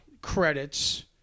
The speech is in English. credits